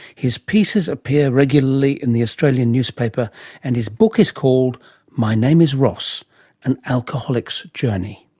his pieces appear regularly in the australian newspaper and his book is called my name is ross an alcoholic's journey.